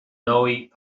ndóigh